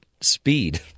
speed